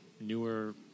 newer